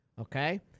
Okay